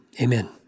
Amen